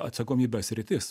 atsakomybės sritis